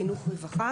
חינוך ורווחה